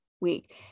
week